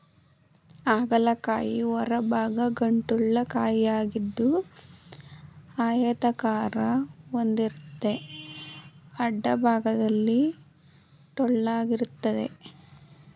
ಹಾಗಲ ಕಾಯಿ ಹೊರಭಾಗ ಗಂಟುಳ್ಳ ಕಾಯಿಯಾಗಿದ್ದು ಆಯತಾಕಾರ ಹೊಂದಿರ್ತದೆ ಅಡ್ಡಭಾಗದಲ್ಲಿ ಟೊಳ್ಳಾಗಿರ್ತದೆ